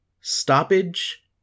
Stoppage